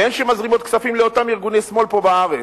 והן שמזרימות כספים לאותם ארגוני שמאל פה בארץ.